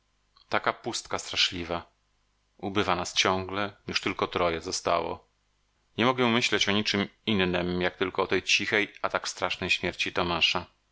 taka pustka straszliwa ubywa nas ciągle już tylko troje zostało nie mogę myśleć o niczem innem jak tylko o tej cichej a tak strasznej śmierci tomasza